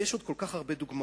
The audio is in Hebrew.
ויש עוד כל כך הרבה דוגמאות,